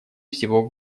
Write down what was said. всего